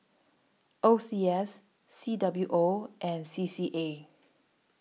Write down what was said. O C S C W O and C C A